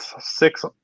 six